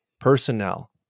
personnel